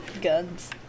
guns